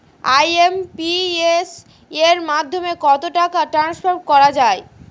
IMPS এর মাধ্যমে কত টাকা ট্রান্সফার করা যায়?